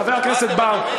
חבר הכנסת בר,